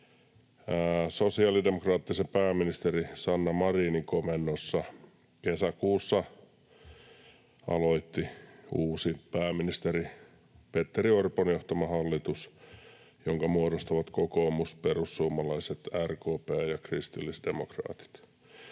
sosiaalidemokraattisen pääministeri Sanna Marinin komennossa. Kesäkuussa aloitti uusi, pääministeri Petteri Orpon johtama hallitus, jonka muodostavat kokoomus, perussuomalaiset, RKP ja kristillisdemokraatit.